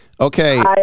Okay